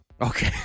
Okay